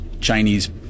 Chinese